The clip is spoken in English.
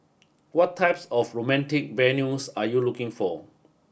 what types of romantic venues are you looking for